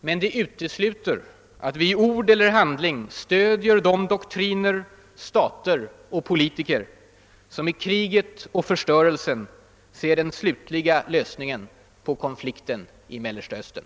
Men det utesluter att vi i ord eller handling stödjer de doktriner, stater och politiker som i kriget och förstörelsen ser den slutliga lösningen på konflikten i Mellersta Östern.